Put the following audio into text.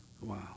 Wow